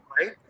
Right